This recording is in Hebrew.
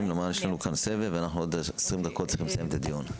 כי יש לנו כאן סבב ואנחנו עוד עשרים דקות צריכים לסיים את הדיון.